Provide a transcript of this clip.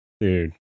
dude